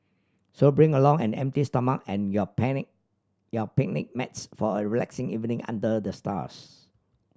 so bring along an empty stomach and your panic your picnic mats for a relaxing evening under the stars